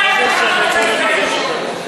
כמה זמן הוא מדבר?